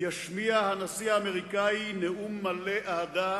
ישמיע הנשיא האמריקני נאום מלא אהדה